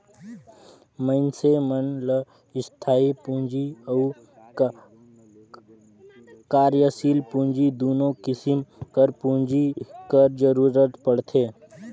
मइनसे मन ल इस्थाई पूंजी अउ कारयसील पूंजी दुनो किसिम कर पूंजी कर जरूरत परथे